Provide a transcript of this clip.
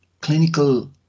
clinical